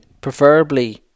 Preferably